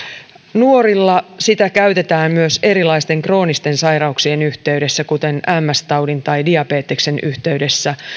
nuorilla sitä käytetään myös erilaisten kroonisten sairauksien yhteydessä kuten ms taudin tai diabeteksen yhteydessä